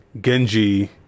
Genji